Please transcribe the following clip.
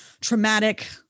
traumatic